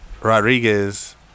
Rodriguez